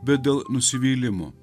bet dėl nusivylimo